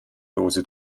dose